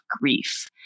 grief